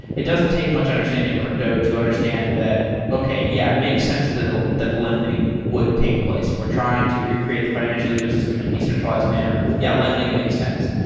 it doesn't take much understanding of crypto to understand that, okay yeah, it makes sense that ah that lending would take place if we're trying to recreate the financial ecosystem in a decentralized manner. yeah, lending makes sense.